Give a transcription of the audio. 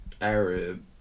arab